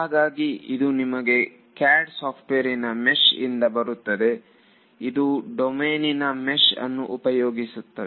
ಹಾಗಾಗಿ ಇದು ನಿಮಗೆ CAD ಸಾಫ್ಟ್ವೇರ್ ಇನ ಮೆಷ್ ಇಂದ ಬರುತ್ತದೆ ಇದು ಡೊಮೇನ್ಇನ ಮೆಷ್ ಅನ್ನು ಉಪಯೋಗಿಸುತ್ತದೆ